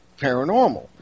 paranormal